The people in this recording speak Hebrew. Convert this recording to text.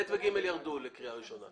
סעיפים (ב) ו-(ג) ירדו לקריאה ראשונה.